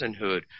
personhood